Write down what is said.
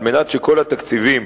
על מנת שכל התקציבים